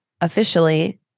officially